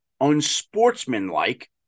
unsportsmanlike